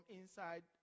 inside